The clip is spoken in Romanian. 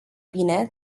bine